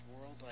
world